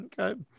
Okay